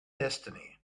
destiny